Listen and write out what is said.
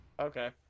Okay